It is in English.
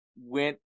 went